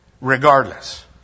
regardless